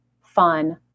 fun